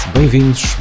Bem-vindos